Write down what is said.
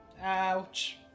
Ouch